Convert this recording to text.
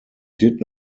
did